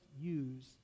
use